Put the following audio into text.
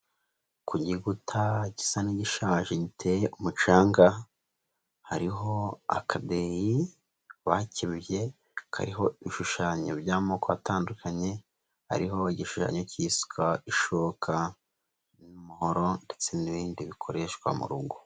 Ku gikuta gisa n'igishaje giteye umucanga, hariho akadeyi, bakebye, kariho ibishushanyo by'amoko atandukanye, hariho igishushanyo cy'isuka, ishoka, umuhoro ndetse n'ibindi bikoreshwa mu rugo.